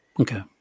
Okay